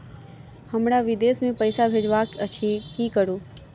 हमरा विदेश मे पैसा भेजबाक अछि की करू?